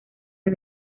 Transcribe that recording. del